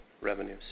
revenues